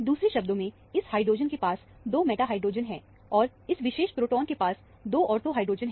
दूसरे शब्दों में इस हाइड्रोजन के पास 2 मेटा हाइड्रोजन है और इस विशेष प्रोटोन के पास दो ऑर्थो हाइड्रोजन है